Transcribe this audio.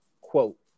Quote